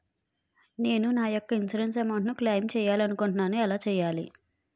నేను నా యెక్క ఇన్సురెన్స్ అమౌంట్ ను క్లైమ్ చేయాలనుకుంటున్నా ఎలా చేయాలి?